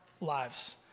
lives